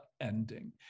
ending